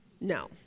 No